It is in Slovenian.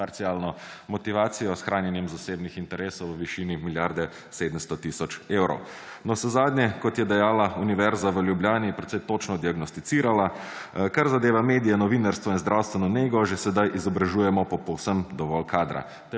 parcialno motivacijo, s hranjenem zasebnih interesov v višini milijarde 700 tisoč evrov. Navsezadnje, kot je dejala Univerza v Ljubljani, precej točno diagnosticirala, da kar zadeva medije, novinarstvo in zdravstveno nego, že sedaj izobražujemo povsem dovolj kadra.